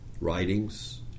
writings